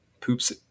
poops